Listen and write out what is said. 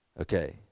Okay